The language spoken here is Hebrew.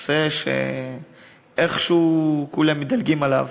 נושא שאיכשהו כולם מדלגים עליו.